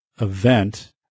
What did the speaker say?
event